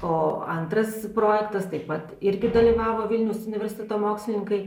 o antras projektas taip pat irgi dalyvavo vilniaus universiteto mokslininkai